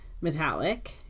metallic